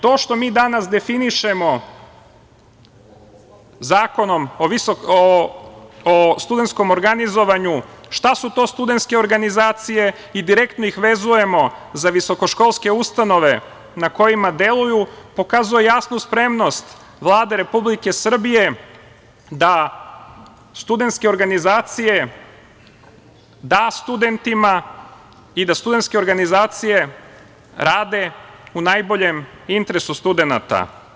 To što mi danas definišemo zakonom o studentskom organizovanju šta su to studentske organizacije i direktno ih vezujemo za visokoškolske ustanove na kojima deluju, pokazuje jasnu spremnost Vlade Republike Srbije da studentske organizacije da studentima i da studentske organizacije rade u najboljem interesu studenata.